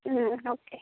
okay